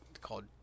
called